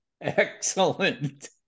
Excellent